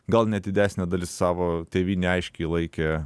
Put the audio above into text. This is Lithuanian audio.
gal net didesnė dalis savo tėvyne aiškiai laikė